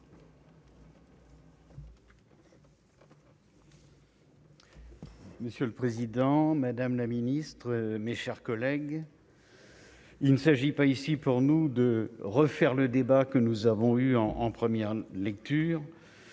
Monsieur le président, madame la secrétaire d'État, mes chers collègues, il s'agit ici non pas de refaire le débat que nous avons eu en première lecture,